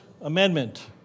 Amendment